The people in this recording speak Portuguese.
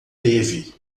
teve